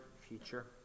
future